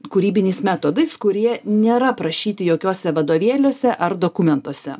kūrybiniais metodais kurie nėra aprašyti jokiuose vadovėliuose ar dokumentuose